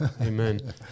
amen